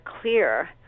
clear